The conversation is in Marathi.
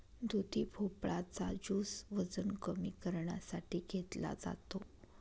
दुधी भोपळा चा ज्युस वजन कमी करण्यासाठी घेतला जातो